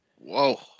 Whoa